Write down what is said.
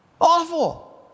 Awful